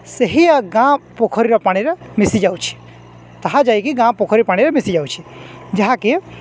ସେହି ଆ ଗାଁ ପୋଖରୀର ପାଣିରେ ମିଶି ଯାଉଛି ତାହା ଯାଇକି ଗାଁ ପୋଖରୀ ପାଣିରେ ମିଶି ଯାଉଛି ଯାହାକି